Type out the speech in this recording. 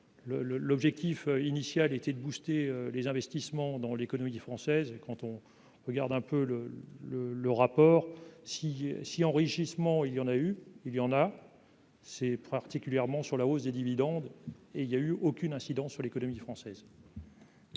l'objectif initial était de boosté les investissements dans l'économie française et quand on regarde un peu le le le rapport si si enrichissement il y en a eu, il y en a, c'est particulièrement sur la hausse des dividendes et il y a eu aucune incidence sur l'économie française.